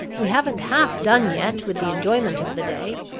we haven't half done yet with the enjoyment of the day.